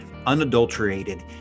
unadulterated